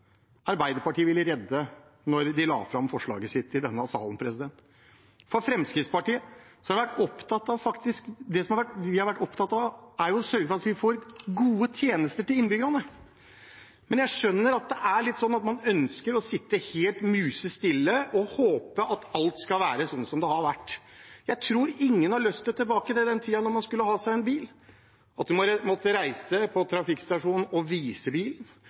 Arbeiderpartiet ville redde da de la fram forslaget sitt i denne salen. Det Fremskrittspartiet har vært opptatt av, er å sørge for at vi får gode tjenester til innbyggerne. Men jeg skjønner at man liksom ønsker å sitte helt musestille og håpe at alt skal være sånn som det har vært. Jeg tror ingen vil tilbake til den tida da man måtte reise på trafikkstasjonen hvis man hadde en ny bil, og vise bilen. Man måtte reise på posten og betale, og så måtte man reise bort og vise